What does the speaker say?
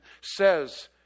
says